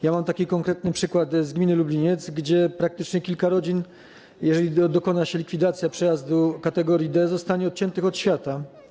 Ja mam taki konkretny przykład z gminy Lubliniec, gdzie praktycznie kilka rodzin, jeżeli nastąpi likwidacja przejazdu kategorii D, zostanie odciętych od świata.